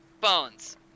Bones